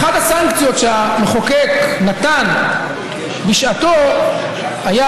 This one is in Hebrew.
אחת הסנקציות שהמחוקק נתן בשעתו הייתה